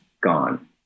gone